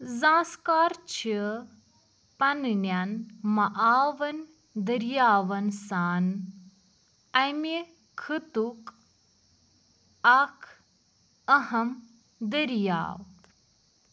زاسکار چھِ پنٛنٮ۪ن معاون دٔریاوَن سان اَمہِ خطُک اَکھ اَہم دٔریاو